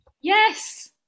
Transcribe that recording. Yes